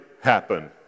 happen